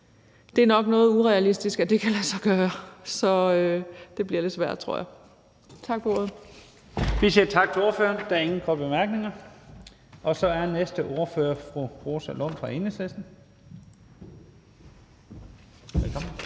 Det er nok noget urealistisk, at det kan lade sig gøre, så det bliver lidt svært, tror jeg. Tak for ordet. Kl. 22:11 Første næstformand (Leif Lahn Jensen): Vi siger tak til ordføreren. Der er ingen korte bemærkninger. Så er den næste ordfører fru Rosa Lund fra Enhedslisten. Velkommen.